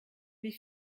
wie